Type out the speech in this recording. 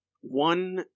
one